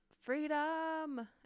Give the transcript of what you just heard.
freedom